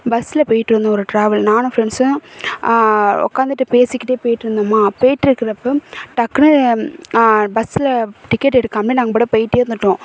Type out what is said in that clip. பஸ்ஸில் போயிட்டிருந்தோம் ஒரு ட்ராவல் நானும் ஃப்ரெண்ட்ஸும் உட்காந்துட்டு பேசிக்கிட்டே போயிகிட்டு இருந்தோமா போயிகிட்டு இருக்கிறப்ப டக்குன்னு பஸ்ஸில் டிக்கெட் எடுக்காமலே நாங்கள் பாட்டுக்கு போயிகிட்டே இருந்துவிட்டோம்